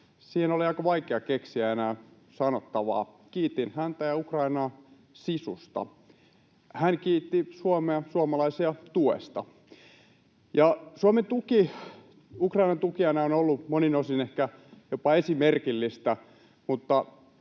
Siihen oli aika vaikea keksiä enää sanottavaa. Kiitin häntä ja Ukrainaa sisusta. Hän kiitti Suomea ja suomalaisia tuesta. Suomen tuki Ukrainan tukijana on ollut monin osin ehkä jopa esimerkillistä,